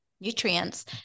nutrients